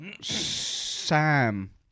Sam